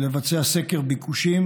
ולבצע סקר ביקושים,